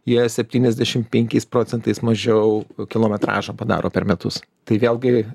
jie septyniasdešim penkiais procentais mažiau kilometražą padaro per metus tai vėlgi